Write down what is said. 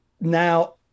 now